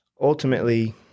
ultimately